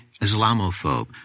Islamophobe